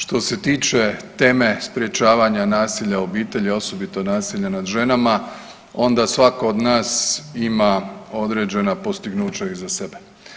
Što se tiče teme sprječavanja nasilja u obitelji, a osobito nasilja nad ženama onda svako od nas ima određena postignuća iza sebe.